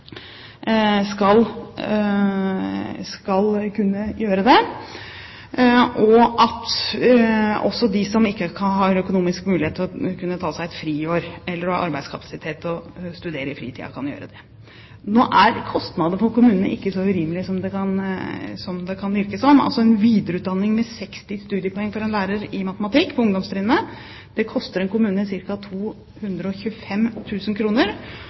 også de som ikke har økonomisk mulighet til å kunne ta seg et friår, eller som ikke har arbeidskapasitet til å studere i fritiden, kan gjøre det. Nå er kostnadene for kommunene ikke så urimelige som det kan virke som. Videreutdanning med 60 studiepoeng for en lærer i matematikk på ungdomstrinnet koster en kommune